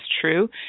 true